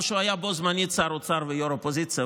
או שהוא היה בו זמנית שר האוצר וראש האופוזיציה,